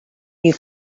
you